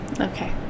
Okay